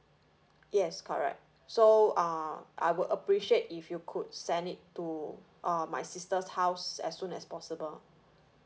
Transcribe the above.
yes correct so err I would appreciate if you could send it to err my sister's house as soon as possible